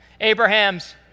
Abraham's